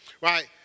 right